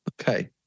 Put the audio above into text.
Okay